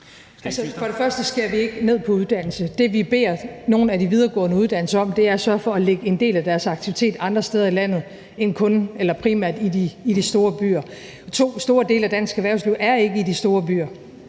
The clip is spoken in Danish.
For det første skærer vi ikke ned på uddannelse. Det, vi beder nogle af de videregående uddannelser om, er at sørge for at lægge en del af deres aktiviteter andre steder i landet end primært i de store byer. For det andet er store dele af dansk erhvervsliv ikke i de store byer.